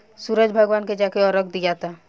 सूरज भगवान के जाके अरग दियाता